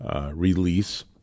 release